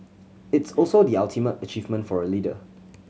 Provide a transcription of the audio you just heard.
it's also the ultimate achievement for a leader